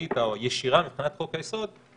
המשמעותית הישירה, מבחינת חוק-היסוד.